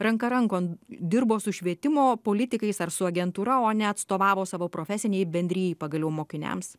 ranka rankon dirbo su švietimo politikais ar su agentūra o neatstovavo savo profesinei bendrijai pagaliau mokiniams